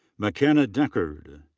mckenna deckard.